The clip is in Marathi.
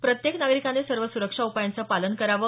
प्रत्येक नागरिकाने सर्व सुरक्षा उपायांचं पालन करावं